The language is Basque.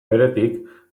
beretik